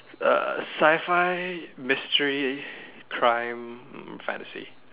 uh sci-fi mystery crime mm fantasy